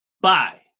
Bye